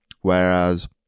Whereas